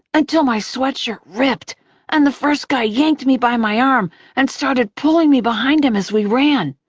until my sweatshirt ripped and the first guy yanked me by my arm and started pulling me behind him as we ran,